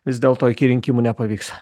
vis dėlto iki rinkimų nepavyks